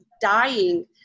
dying